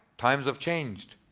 times have changed.